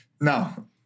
No